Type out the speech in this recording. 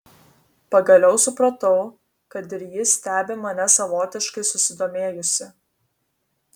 pagaliau supratau kad ir ji stebi mane savotiškai susidomėjusi